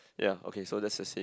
ya okay so that's the same